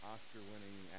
Oscar-winning